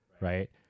right